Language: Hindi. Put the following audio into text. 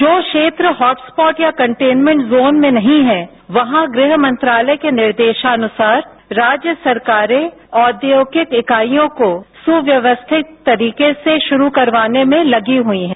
जो क्षेत्र हॉट स्पॉट या कंटेमेंट जॉन में नहीं है वहां गृहमंत्रालय के निर्देशानुसार राज्य सरकारें औद्योगिक इकाइयों को सुव्यवस्थिक तरीके से शुरू करवाने लगी हुई हैं